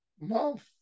month